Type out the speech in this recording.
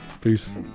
peace